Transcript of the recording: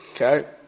Okay